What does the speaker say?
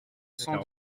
cent